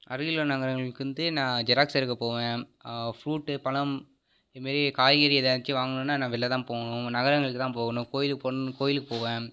அருகில் உள்ள நகரங்களுக்கு வந்து நான் ஜெராக்ஸ் எடுக்க போவேன் ஃப்ரூட்டு பழம் இதுமேரி காய்கறி ஏதாச்சும் வாங்கணும்னா நான் வெளில தான் போகணும் நகரங்களுக்கு தான் போகணும் கோயிலுக்கு போன் கோயிலுக்கு போவேன்